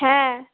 হ্যাঁ